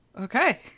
Okay